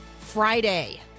friday